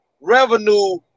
revenue